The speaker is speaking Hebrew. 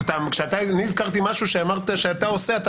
אני הזכרתי משהו ואתה אמרת שאתה יוצא.